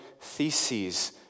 theses